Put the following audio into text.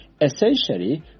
essentially